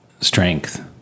strength